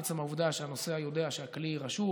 עצם העובדה שהנוסע יודע שהכלי רשום,